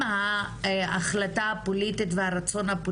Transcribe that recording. אני רוצה אם יש לך איזושהי המלצה או נקודה שאף אחד עוד לא דיבר עליה.